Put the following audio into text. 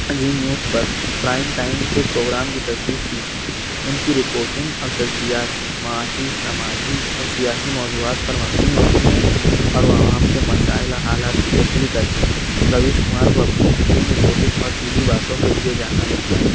زی News پر prime time کے programme کی تصدیق کی ہے ان کی رپورٹنگ اور تجزيات معاشى سماجى اور سياسى موضوعات پر مبنى ہوتی ہیں اور وہ عوام کے مسائل اور حالات کی تشریح کرتے ہیں رویش کمار کو اپنی حسین رپورٹنگ اور سیدھی باتوں کے لیے جانا جاتا ہے